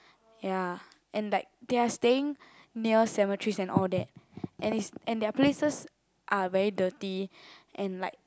ya and like they are staying near cemeteries and all that and it's and their places are very dirty and like